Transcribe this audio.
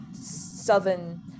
southern